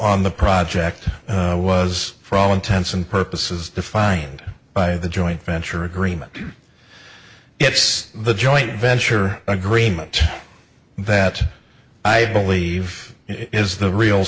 on the project was for all intents and purposes defined by the joint venture agreement it's the joint venture agreement that i believe is the real